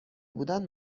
بودند